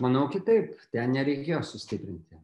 manau kitaip ten nereikėjo sustiprinti